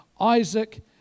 Isaac